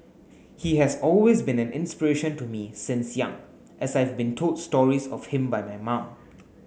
he has always been an inspiration to me since young as I've been told stories of him by my mum